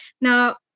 Now